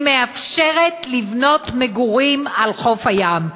היא מאפשרת לבנות מגורים על חוף הים.